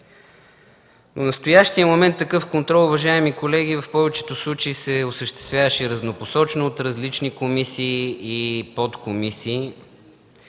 В настоящия момент такъв контрол, уважаеми колеги, в повечето случаи се осъществяваше разнопосочно от различни комисии и подкомисии.